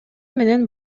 менен